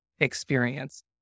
experience